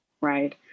right